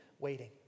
waiting